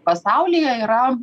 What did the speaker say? pasaulyje yra